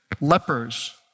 lepers